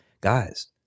guys